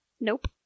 Nope